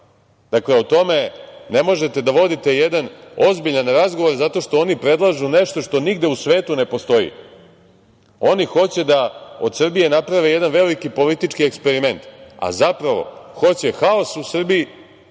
magla. O tome ne možete da vodite jedan ozbiljan razgovor zato što ni predlažu nešto što nigde u svetu ne postoji. Oni hoće od Srbije naprave jedan veliki politički eksperiment, a zapravo, hoće haos u Srbiji,